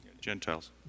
Gentiles